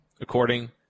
According